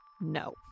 no